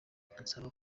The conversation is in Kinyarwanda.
ansaba